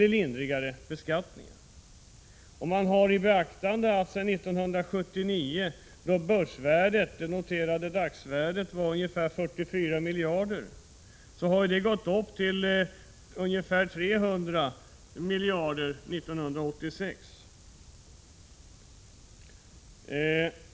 Det noterade dagsvärdet på börsen var år 1979 ungefär 44 miljarder kronor, och det har stigit till ungefär 300 miljarder kronor år 1986.